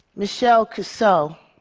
michelle cusseaux.